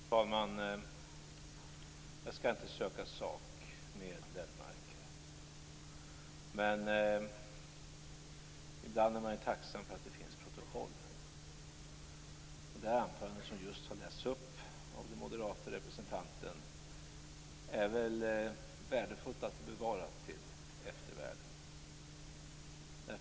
Fru talman! Jag skall inte söka sak med Göran Lennmarker. Ibland är man tacksam för att det finns protokoll. Det anförande som just hållits av den moderate representanten är det nog värdefullt att få bevarat till eftervärlden.